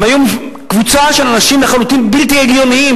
הם היו קבוצה של אנשים בלתי הגיוניים,